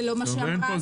זה לא מה שאמרה השרה.